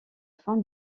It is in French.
fin